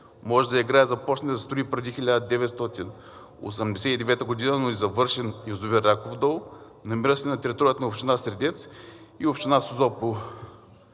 може да играе започналият да се строи преди 1989 г., но незавършен язовир „Раков дол“, намиращ се на територията на община Средец и община Созопол.